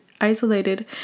isolated